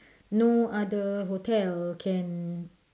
no other hotel can